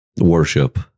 worship